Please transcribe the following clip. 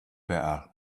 better